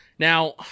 Now